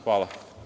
Hvala.